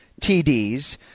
TDs